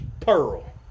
pearl